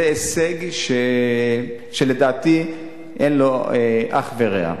זה הישג שלדעתי אין לו אח ורע.